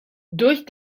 durch